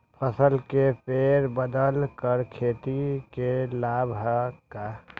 फसल के फेर बदल कर खेती के लाभ है का?